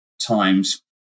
times